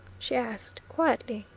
she asked quietly,